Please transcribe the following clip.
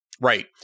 Right